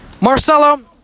Marcelo